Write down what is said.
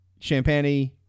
Champagne